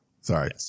Sorry